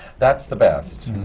that's the best.